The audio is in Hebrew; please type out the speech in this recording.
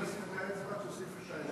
משה, שכחתי לשים את האצבע, תוסיף גם האצבע שלי.